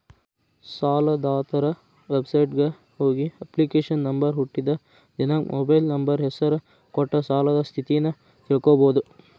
ಸಾಲದಾತರ ವೆಬಸೈಟ್ಗ ಹೋಗಿ ಅಪ್ಲಿಕೇಶನ್ ನಂಬರ್ ಹುಟ್ಟಿದ್ ದಿನಾಂಕ ಮೊಬೈಲ್ ನಂಬರ್ ಹೆಸರ ಕೊಟ್ಟ ಸಾಲದ್ ಸ್ಥಿತಿನ ತಿಳ್ಕೋಬೋದು